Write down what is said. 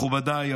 מכובדיי,